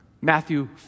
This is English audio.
Matthew